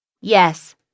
Yes